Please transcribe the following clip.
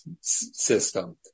system